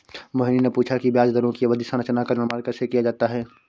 मोहिनी ने पूछा कि ब्याज दरों की अवधि संरचना का निर्माण कैसे किया जाता है?